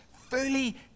fully